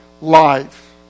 life